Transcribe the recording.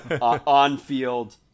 on-field